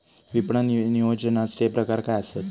विपणन नियोजनाचे प्रकार काय आसत?